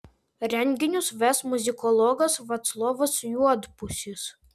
renginius ves muzikologas vaclovas juodpusis